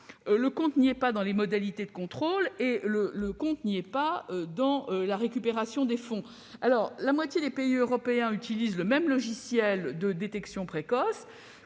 le compte n'y est pas, ni dans les modalités de contrôle ni dans la récupération des fonds. La moitié des pays européens utilisent le même logiciel de détection précoce.